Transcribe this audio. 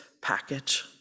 package